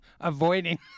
avoiding